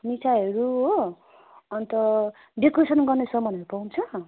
मिठाईहरू हो अन्त डेकोरेसन गर्ने सामानहरू पाउँछ